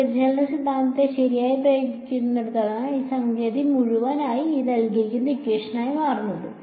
നമ്മുടെ വ്യതിചലന സിദ്ധാന്തം ശരിയായി പ്രയോഗിക്കുന്നിടത്താണ് ഈ സംഗതി മുഴുവനായി മാറുന്നത്